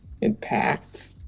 impact